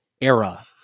era